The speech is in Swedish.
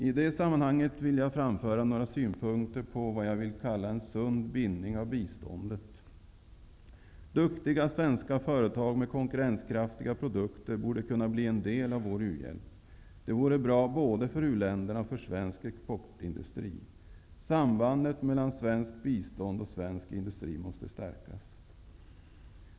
I det sammanhanget vill jag framföra några synpunkter på det jag vill kalla en sund bindning av biståndet. Duktiga svenska företag med konkurrenskraftiga produkter borde kunna bli en del av vår u-hjälp. Det vore bra både för u-länderna och för svensk exportindustri. Sambandet mellan svenskt bistånd och svensk industri måste stärkas.